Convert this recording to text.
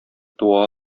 туа